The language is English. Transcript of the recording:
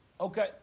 Okay